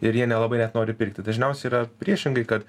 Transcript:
ir jie nelabai net nori pirkti dažniausiai yra priešingai kad